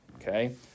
okay